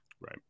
Right